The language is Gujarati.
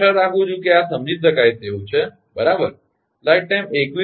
હું આશા રાખું છું કે આ સમજી શકાય તેવું છે બરાબર